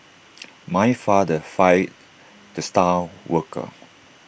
my father fired the star worker